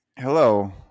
Hello